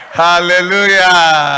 hallelujah